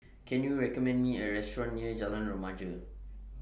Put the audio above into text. Can YOU recommend Me A Restaurant near Jalan Remaja